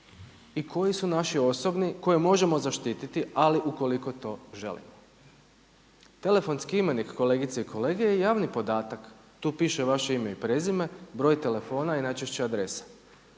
i koji su naši osobni koje možemo zaštiti, ali ukoliko to želimo. Telefonski imenik kolegice i kolege je javni podatak. Tu piše vaše ime i prezime, broj telefona i najčešće adresa.